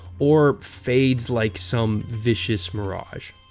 or fades like some vicious mirage.